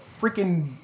freaking